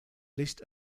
list